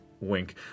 wink